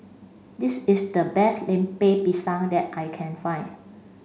this is the best Lemper Pisang that I can find